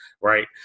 right